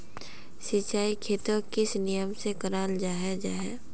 सिंचाई खेतोक किस नियम से कराल जाहा जाहा?